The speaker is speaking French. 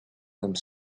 comme